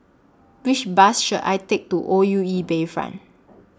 Which Bus should I Take to O U E Bayfront